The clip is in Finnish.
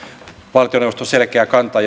valtioneuvoston selkeä kanta